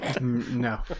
No